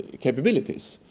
ah capabilities.